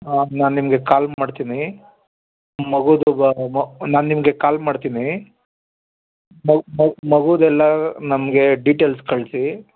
ಹಾಂ ನಾನು ನಿಮಗೆ ಕಾಲ್ ಮಾಡ್ತೀನಿ ಮಗುದು ಬ ನಾನು ನಿಮಗೆ ಕಾಲ್ ಮಾಡ್ತೀನಿ ಮಗುದೆಲ್ಲಾ ನಮಗೆ ಡಿಟೇಲ್ಸ್ ಕಳಿಸಿ